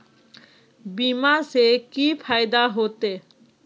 बीमा से की फायदा होते?